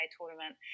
tournament